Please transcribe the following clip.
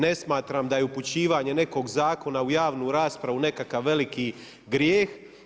Ne smatram da je upućivanje nekog zakona u javnu raspravu nekakav veliki grijeh.